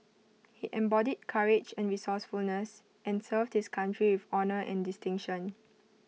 he embodied courage and resourcefulness and served his country with honour and distinction